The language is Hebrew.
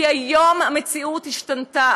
כי היום המציאות השתנתה,